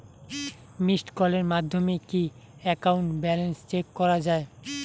Missed কলের মাধ্যমে কি একাউন্ট ব্যালেন্স চেক করা যায়?